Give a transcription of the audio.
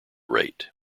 rate